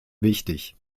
wichtig